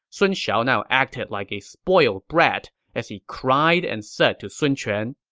sun shao now acted like a spoiled brat as he cried and said to sun quan,